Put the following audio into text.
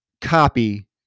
copy